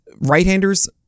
right-handers